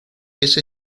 ese